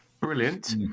brilliant